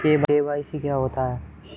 KYC क्या होता है?